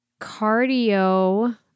Cardio